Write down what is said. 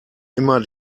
immer